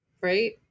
right